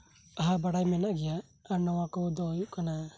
ᱟᱦᱟ ᱵᱟᱲᱟᱭ ᱢᱮᱱᱟᱜ ᱜᱮᱭᱟ ᱟᱨ ᱱᱚᱣᱟ ᱠᱚᱫᱚ ᱦᱩᱭᱩᱜ ᱠᱟᱱᱟ